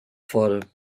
fora